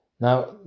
Now